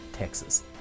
Texas